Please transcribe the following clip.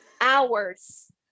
hours